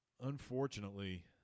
unfortunately